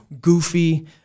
goofy